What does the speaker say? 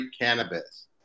cannabis